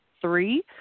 three